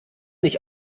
nicht